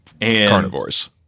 carnivores